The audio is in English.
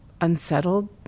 unsettled